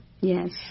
Yes